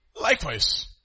likewise